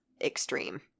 extreme